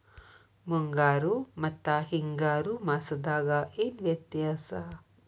ಮುಂಗಾರು ಮತ್ತ ಹಿಂಗಾರು ಮಾಸದಾಗ ಏನ್ ವ್ಯತ್ಯಾಸ?